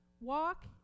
walk